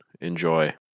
enjoy